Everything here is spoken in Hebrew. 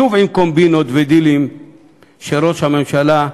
שוב עם קומבינות ודילים של ראש הממשלה.